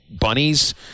bunnies